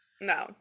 no